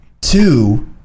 Two